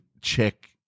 check